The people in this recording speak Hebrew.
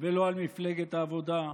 ולא על מפלגת העבודה,